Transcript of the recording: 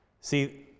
See